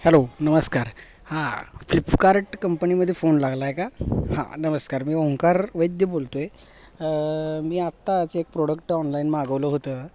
hello नमस्कार हां Flipkart कंपनीमध्ये फोन लागला आहे का हां नमस्कार मी ओंकार वैद्य बोलतो आहे मी आत्ताच एक प्रोडक्ट ऑनलाईन मागवलं होतं